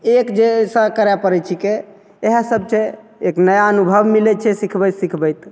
एक जइसा करै पड़ै छिकै इएहसब छै एक नया अनुभव मिलै छै सिखबैत सिखबैत